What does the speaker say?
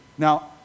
Now